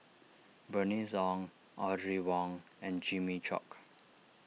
Bernice Ong Audrey Wong and Jimmy Chok